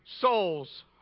Souls